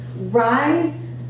rise